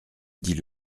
dit